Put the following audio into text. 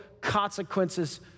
consequences